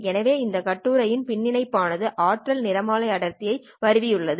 எனவே இந்த கட்டுரையின் பின்னிணைப்பு ஆனது ஆற்றல் நிறமாலை அடர்த்திகளை வருவி உள்ளது